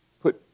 put